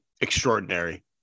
extraordinary